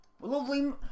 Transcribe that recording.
lovely